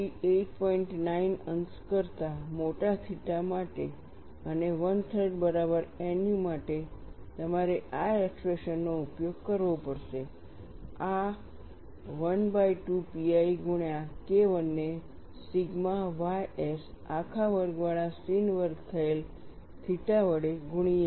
9 અંશ કરતા મોટા થીટા માટે અને 13 બરાબર nu માટે તમારે આ એક્સપ્રેશનનો ઉપયોગ કરવો પડશે આ 12 pi ગુણ્યા KI ને સિગ્મા ys આખા વર્ગવાળા sin વર્ગ થયેલ થીટા વડે ગુણીએ છે